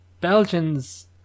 Belgians